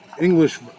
English